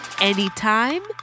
anytime